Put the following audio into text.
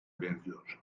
benziyor